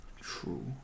True